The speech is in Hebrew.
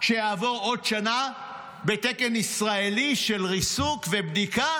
שתעבור עוד שנה בתקן ישראלי של ריסוק ובדיקה